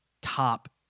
Top